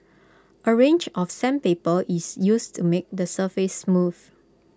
A range of sandpaper is used to make the surface smooth